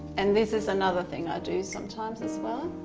and this is another thing i do sometimes as well